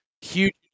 huge